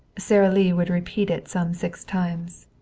sara lee would repeat it some six times.